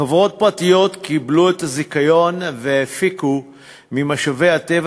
חברות פרטיות קיבלו את הזיכיון והפיקו ממשאבי הטבע